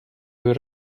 you